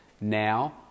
Now